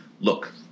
look